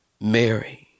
Mary